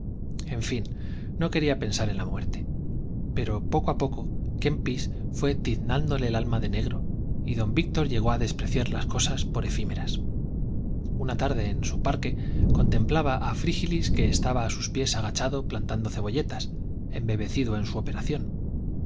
en fin no quería pensar en la muerte pero poco a poco kempis fue tiznándole el alma de negro y don víctor llegó a despreciar las cosas por efímeras una tarde en su parque contemplaba a frígilis que estaba a sus pies agachado plantando cebolletas embebecido en su operación